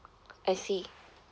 I see